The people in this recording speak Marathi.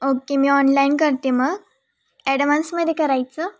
ओके मी ऑनलाईन करते मग ॲडव्हान्समध्ये करायचं